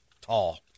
tall